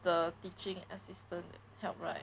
the teaching assistant help right